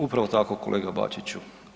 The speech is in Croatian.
Upravo tako kolega Bačiću.